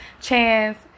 chance